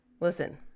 listen